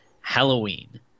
Halloween